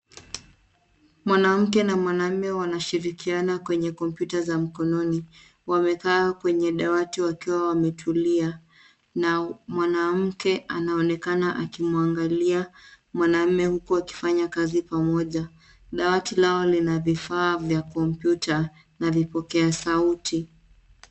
Mwanamke na mwanaume wanashirikiana katika kompyuta za mkononi. Wamekaa kwenye dawati wakiwa wametulia na mwanamke anaonekana akimwangalia mwanaume huku akifanya kazi pamoja. Dawati lao lina vifaa vya kompyuta na vipokeasauti.